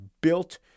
built